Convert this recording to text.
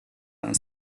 and